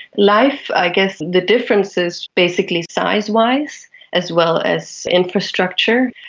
life, i guess the difference is basically size wise as well as infrastructure.